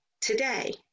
Today